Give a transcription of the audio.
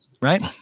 right